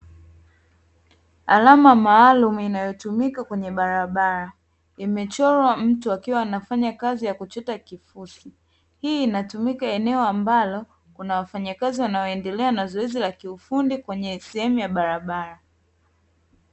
Alama maalumu inayotumika kwenye barabara, imechorwa mtu akiwa anafanya kazi ya kuchota kifusi. Hii inatumika eneo ambalo kuna wafanyakazi wanaoendelea na zoezi la kiufundi kwenye sehemu ya barabara.